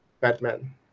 Batman